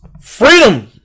Freedom